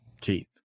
Keith